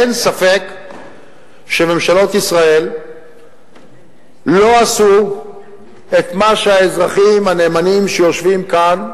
אין ספק שממשלות ישראל לא עשו את מה שהאזרחים הנאמנים שיושבים כאן,